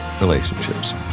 relationships